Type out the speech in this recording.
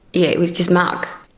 yeah it was just mark.